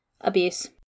abuse